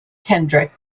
kendrick